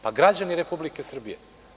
Pa, građani Republike Srbije.